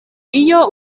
iyo